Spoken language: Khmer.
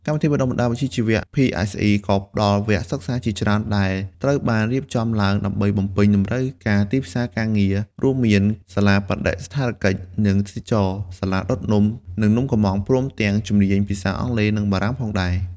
កម្មវិធីបណ្តុះបណ្តាលវិជ្ជាជីវៈ PSE ក៏ផ្តល់វគ្គសិក្សាជាច្រើនដែលត្រូវបានរៀបចំឡើងដើម្បីបំពេញតម្រូវការទីផ្សារការងារ រួមមាន សាលាបដិសណ្ឋារកិច្ច និងទេសចរណ៍ សាលាដុតនំ និងនំកុម្មង់ ព្រមទាំងជំនាញភាសាអង់គ្លេស និងបារាំងផងដែរ។